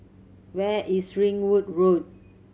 where is Ringwood Road